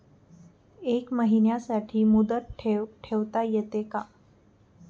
एका महिन्यासाठी मुदत ठेव ठेवता येते का?